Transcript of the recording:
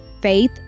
faith